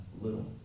little